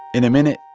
in a minute,